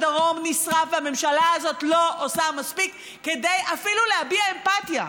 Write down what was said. הדרום נשרף והממשלה הזאת לא עושה מספיק אפילו להביע אמפתיה.